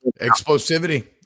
Explosivity